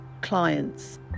clients